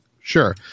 Sure